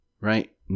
right